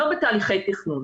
שלא בתהליכי תכנון.